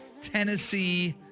Tennessee